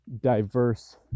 diverse